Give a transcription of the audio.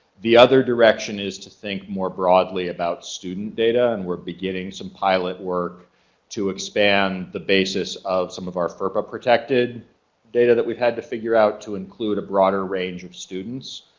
the other direction is to think more broadly about student data. and we're beginning some pilot work to expand the basis of some of our ferpa protected data that we've had to figure out to include a broader range of students.